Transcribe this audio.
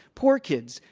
poor kids,